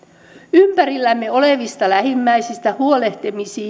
ympärillämme olevista lähimmäisistä huolehtimiseen